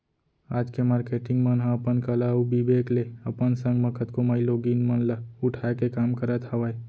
आज के मारकेटिंग मन ह अपन कला अउ बिबेक ले अपन संग म कतको माईलोगिन मन ल उठाय के काम करत हावय